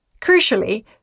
Crucially